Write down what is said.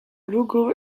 logo